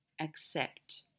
accept